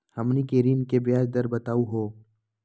हमनी के ऋण के ब्याज दर बताहु हो?